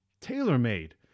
tailor-made